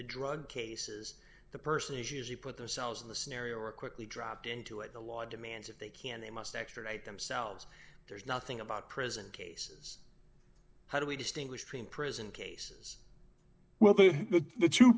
the drug cases the person is usually put their selves in the scenario or quickly dropped into it the law demands it they can they must extricate themselves there's nothing about prison cases how do we distinguish between prison cases well the t